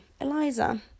Eliza